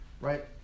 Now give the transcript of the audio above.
right